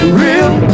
real